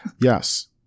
Yes